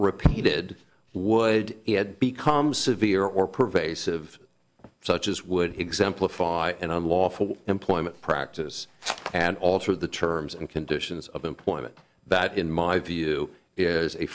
repeated would he had become severe or pervasive such as would exempt an unlawful employment practice and alter the terms and conditions of employment that in my view is a